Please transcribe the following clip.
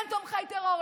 כן תומכי טרור,